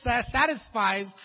satisfies